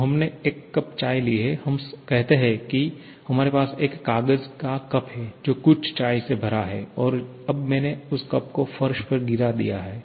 तो हमने एक कप चाय ली है हम कहते हैं कि हमारे पास एक कागज़ का कप है जो कुछ चाय से भरा है और अब मैंने उस कप को फर्श पर गिरा दिया है